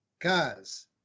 guys